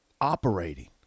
operating